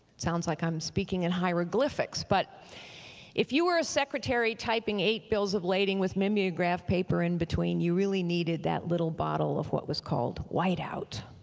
sounds like i'm speaking in hieroglyphics but if you were a secretary typing eight bills of lading with mimeograph paper in between you really needed that little bottle of what was called white out,